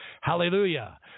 Hallelujah